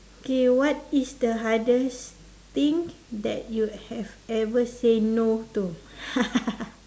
K what is the hardest thing that you have ever said no to